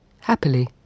Happily